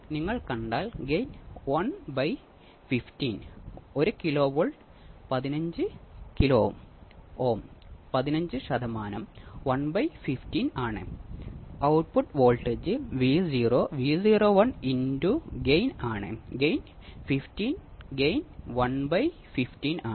അല്ലെങ്കിൽ മറ്റൊരു തരത്തിൽ ഇത് ഒരു ബീറ്റയാണ് ഫീഡ്ബാക്ക് നെറ്റ്വർക്ക് ഉണ്ട് ഇത് ഒന്നുമല്ല എന്റെ ബീറ്റയാണ്